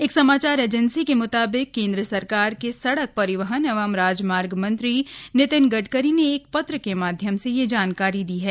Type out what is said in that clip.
एक समाचार एजेंसी के म्ताबिक केन्द्र सरकार के सड़क परिवहन एवं राजमार्ग मंत्री नितिन गडकरी ने एक पत्र के माध्यम से यह जानकारी दी है